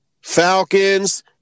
Falcons